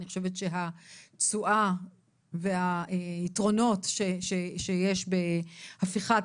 אני חושבת שהתשואה והיתרונות שיש בהפיכת